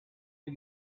nie